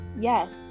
Yes